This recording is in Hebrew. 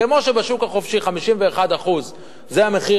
כמו שבשוק החופשי 51% זה מחיר